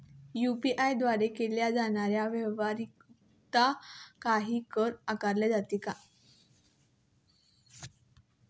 UPI द्वारे केल्या जाणाऱ्या व्यवहारावरती काही कर आकारला जातो का?